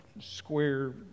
square